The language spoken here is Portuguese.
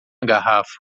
garrafa